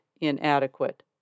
inadequate